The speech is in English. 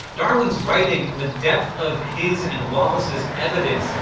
darwin's writing, and the depth of his and wallace's evidence,